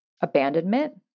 abandonment